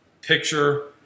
picture